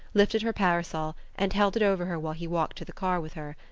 lifted her parasol, and held it over her while he walked to the car with her.